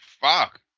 fuck